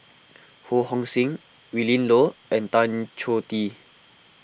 Ho Hong Sing Willin Low and Tan Choh Tee